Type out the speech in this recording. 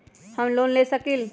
हम लोन ले सकील?